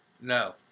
No